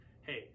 Hey